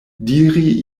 diri